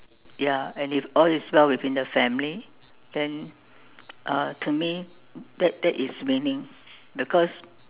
ya and if all is well within the family then uh to me that that is winning because